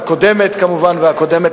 כולל הקרן הקיימת,